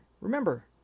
remember